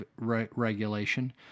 regulation